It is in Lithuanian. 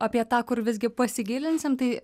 apie tą kur visgi pasigilinsim tai